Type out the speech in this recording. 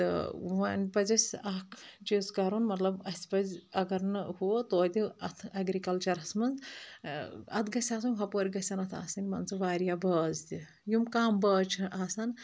تہٕ وۄنۍ پَزِ اَسہِ اکھ چیٖز کَرُن مطلب اَسہِ پَزِ اگر نہٕ ہُہ توتہِ اَتھ ایٚگرِکَلچرَس منٛز اَتھ گژھِ آسٕنۍ ہُپٲرۍ گژھن اَتھ آسٕنۍ مان ژٕ واریاہ بٲژ تہِ یِم کَم بٲژ چھِ آسَان